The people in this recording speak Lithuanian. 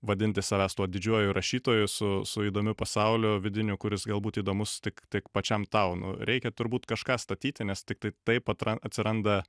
vadinti savęs tuo didžiuoju rašytoju su su įdomiu pasauliu vidiniu kuris galbūt įdomus tik tik pačiam tau nu reikia turbūt kažką statyti nes tiktai taip pat at atsiranda